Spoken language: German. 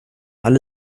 alle